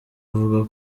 avuga